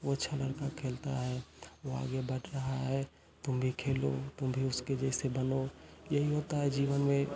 वो अच्छा लड़का खेलता है वो आगे बढ़ रहा है तुम भी खेलो तुम भी उसके जैसे बनो यही होता है जीवन में